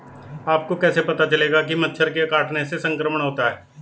आपको कैसे पता चलेगा कि मच्छर के काटने से संक्रमण होता है?